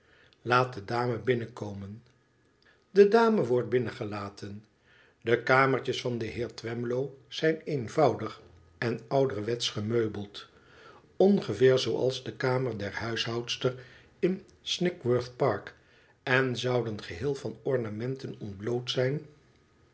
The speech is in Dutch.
de dame binnenkomen de dame wordt binnengelaten de kamertjes van den heer twemlow zijn eenvoudig en ouderwetsch gemeubeld ongeveer zooals de kamer der huishoudster in snigsworthypark en zouden geheel van ornamenten ontbloot zijn